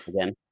again